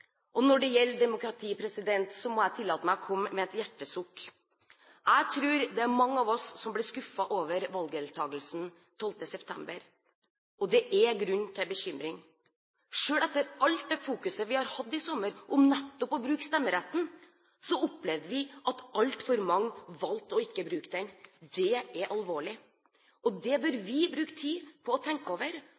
Og når det gjelder demokrati, må jeg tillate meg å komme med et hjertesukk: Jeg tror det er mange av oss som ble skuffet over valgdeltakelsen 12. september, og det er grunn til bekymring. Selv etter alt det fokuset vi har hatt i sommer rundt nettopp å bruke stemmeretten, opplevde vi at altfor mange valgte ikke å bruke den. Det er alvorlig, og det bør vi bruke tid på å tenke over.